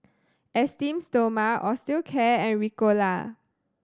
Esteem Stoma Osteocare and Ricola